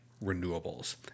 renewables